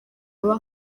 baba